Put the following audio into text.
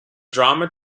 drama